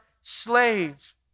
slave